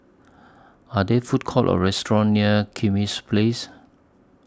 Are There Food Courts Or restaurants near Kismis Place